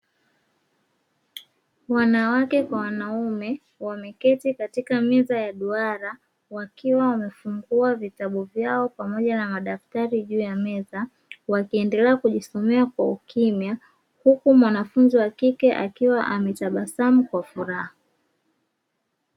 Wanawake kwa wanaume wameketi katika meza ya duara wakiwa wamefungua vitabu vyao pamoja na madaktari juu ya meza wakiendelea kujisomea kwa ukimya huku mwanafunzi wa kike akiwa ametabasamu kwa furaha.